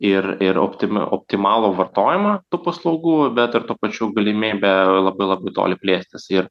ir ir optima optimalų vartojimą tų paslaugų bet ir tuo pačiu galimėbę labai labai toli plėstis ir